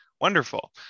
wonderful